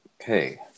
Okay